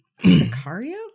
Sicario